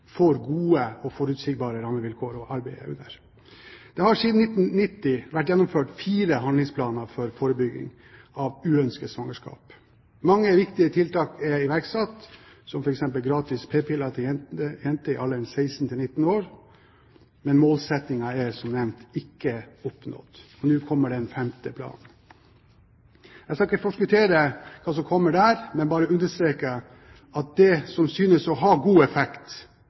svangerskap. Mange viktige tiltak er iverksatt, som gratis p-piller til jenter i alderen 16–19 år, men målsettingen er som nevnt ikke oppnådd. Nå kommer den femte planen. Jeg skal ikke forskuttere hva som kommer der, men bare understreke det som synes å ha god effekt,